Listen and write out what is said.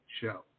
show